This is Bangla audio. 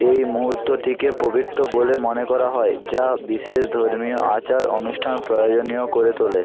এই মুহূর্তটিকে পবিত্র বলে মনে করা হয় যা বিশেষ ধর্মীয় আচার অনুষ্ঠান প্রয়োজনীয় করে তোলে